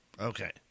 Okay